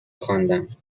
خواندم